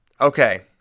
Okay